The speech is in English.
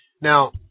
Now